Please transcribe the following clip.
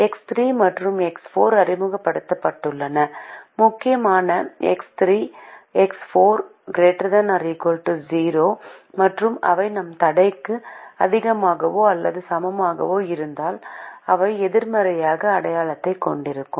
X 3 மற்றும் X 4 அறிமுகப்படுத்தப்பட்டுள்ளன முக்கியமாக எக்ஸ் 3 எக்ஸ் 4 ≥ 0 மற்றும் அவை தடைக்கு அதிகமாகவோ அல்லது சமமாகவோ இருந்தால் அவை எதிர்மறையான அடையாளத்தைக் கொண்டிருக்கும்